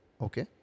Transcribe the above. Okay